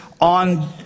on